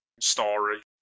story